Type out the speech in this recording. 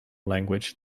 language